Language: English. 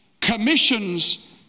commissions